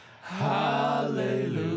Hallelujah